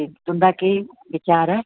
ते तुंदा केह् विचार ऐ